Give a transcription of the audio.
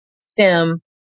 stem